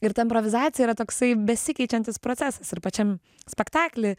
ir ta improvizacija yra toksai besikeičiantis procesas ir pačiam spektakly